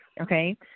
Okay